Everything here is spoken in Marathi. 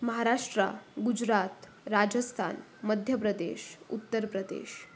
महाराष्ट्र गुजरात राजस्थान मध्य प्रदेश उत्तर प्रदेश